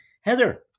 Heather